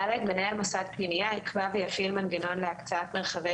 (ד)מנהל מוסד פנימייה יקבע ויפעיל מנגנון להקצאת מרחבי